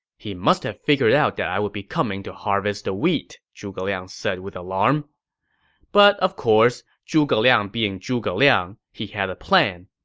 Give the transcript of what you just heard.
he must have figured that i would be coming to harvest the wheat, zhuge liang said with alarm but of course, zhuge liang being zhuge liang, he had a plan.